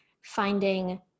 finding